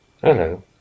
Hello